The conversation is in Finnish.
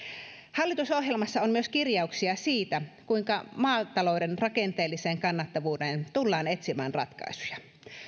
hallitusohjelmassa on myös kirjauksia siitä kuinka maatalouden rakenteelliseen kannattavuuteen tullaan etsimään ratkaisuja